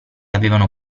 avevano